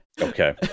Okay